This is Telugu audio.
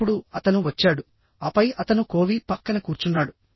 ఇప్పుడు అతను వచ్చాడు ఆపై అతను కోవీ పక్కన కూర్చున్నాడు